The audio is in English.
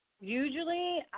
usually